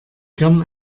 gerne